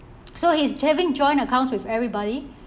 so he's having joint accounts with everybody